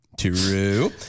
True